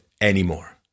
anymore